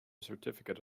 certificate